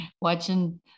watching